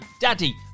daddy